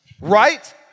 right